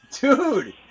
dude